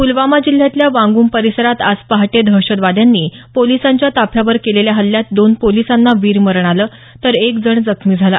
पुलवामा जिल्ह्यातल्या वांगुम परिसरात आज पहाटे दहशत वाद्यांनी पोलिसांच्या ताफ्यावर केलेल्या हल्ल्यात दोन पोलिसांना वीरमरण आलं तर एक जण जखमी झाला